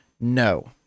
No